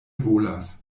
volas